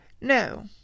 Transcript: No